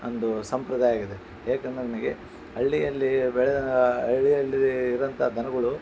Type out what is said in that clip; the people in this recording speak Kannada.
ಒಂದು ಸಂಪ್ರದಾಯ ಆಗಿದೆ ಏಕೆಂದು ನನಗೆ ಹಳ್ಳಿಯಲ್ಲಿ ಬೆಳೆದ ಹಳ್ಳಿಯಲ್ಲಿ ಇರೊಂಥ ದನಗಳು